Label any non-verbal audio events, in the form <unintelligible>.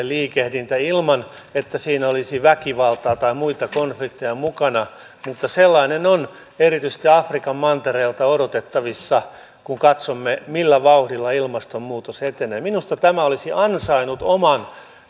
<unintelligible> liikehdintä ilman että siinä olisi väkivaltaa tai muita konflikteja mukana mutta sellainen on erityisesti afrikan mantereelta odotettavissa kun katsomme millä vauhdilla ilmastonmuutos etenee minusta tämä olisi ansainnut